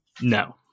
No